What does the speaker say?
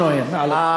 לרמת התמיכה שלך בטרור.